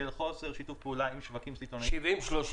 של חוסר שיתוף פעולה עם שווקים סיטונאיים --- 70 30,